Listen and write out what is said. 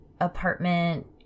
apartment